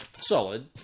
solid